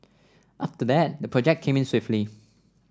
after that the project came in swiftly